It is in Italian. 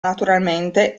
naturalmente